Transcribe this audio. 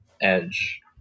edge